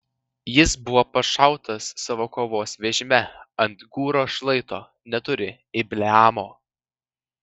jis buvo pašautas savo kovos vežime ant gūro šlaito netoli ibleamo